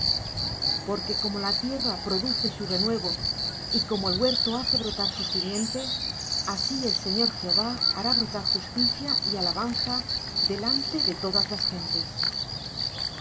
porque como la tierra produce su renuevo y como el huerto hace brotar su simiente así el señor jehová hará brotar justicia y alabanza delante de todas las gentes